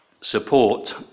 support